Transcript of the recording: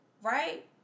Right